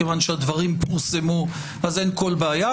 כיוון שהדברים פורסמו, אין בעיה.